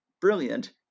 brilliant